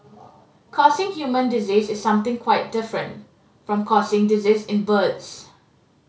causing human disease is something quite different from causing disease in birds